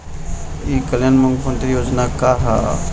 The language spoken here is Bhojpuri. ई कल्याण मुख्य्मंत्री योजना का है?